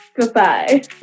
Goodbye